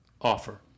offer